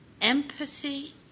empathy